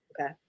okay